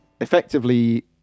effectively